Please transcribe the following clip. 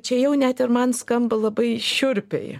čia jau net ir man skamba labai šiurpiai